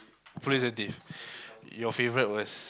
Police-and-Thief your favourite was